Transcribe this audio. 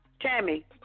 Tammy